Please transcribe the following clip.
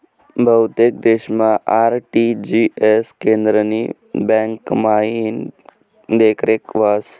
बहुतेक देशमा आर.टी.जी.एस केंद्रनी ब्यांकमाईन देखरेख व्हस